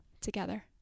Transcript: together